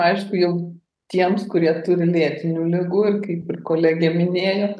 aišku jau tiems kurie turi lėtinių ligų ir kaip ir kolegė minėjo